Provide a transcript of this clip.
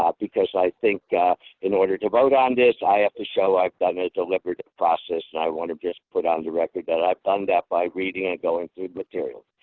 um because i think, in order to vote on this. i have to show i've done a deliberate process. and i want to just put on the record that i've done that by reading and going through the materials.